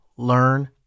learn